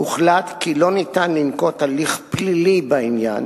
הוחלט כי לא ניתן לנקוט הליך פלילי בעניין,